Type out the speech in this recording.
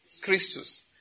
Christus